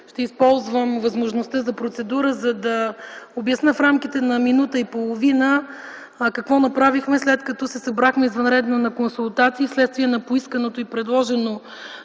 ще използвам възможността за процедура, за да обясня в рамките на минута и половина какво направихме, след като се събрахме извънредно на консултации, вследствие на поисканото и направено